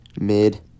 mid